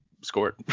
scored